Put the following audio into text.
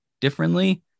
differently